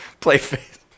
Playface